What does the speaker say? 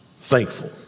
thankful